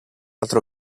altro